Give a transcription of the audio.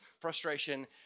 frustration